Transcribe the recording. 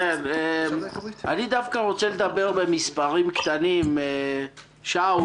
אני דווקא רוצה לדבר במספרים כשאני עם שאול